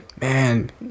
man